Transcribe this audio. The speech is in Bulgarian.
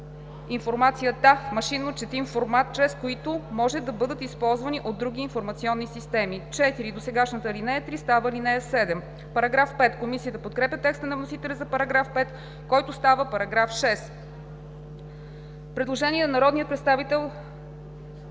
информацията в машинно четим формат, чрез които може да бъдат използвани от други информационни системи.“ 4. Досегашната ал. 3 става ал. 7.“ Комисията подкрепя текста на вносителя за § 5, който става § 6. По § 6 има предложение на народния представител